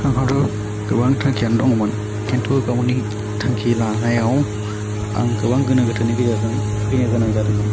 आंहाथ' गोबां थांखियानो दंमोन खिन्थु गावनि थांखि लानायाव आं गोबां गोनो गोथोनि गेजेरजों फैनो गोनां जादोंमोन